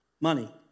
Money